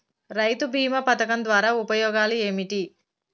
రైతు బీమా పథకం ద్వారా ఉపయోగాలు ఏమిటి?